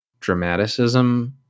dramaticism